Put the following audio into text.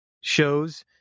shows